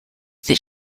that